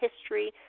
history